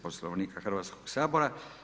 Poslovnika Hrvatskog sabora.